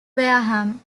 wareham